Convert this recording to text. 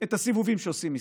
את הסיבובים שעושים מסביב.